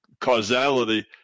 causality